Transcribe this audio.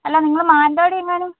അല്ല നിങ്ങൾ മാനന്തവാടി എങ്ങാനും